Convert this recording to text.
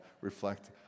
reflect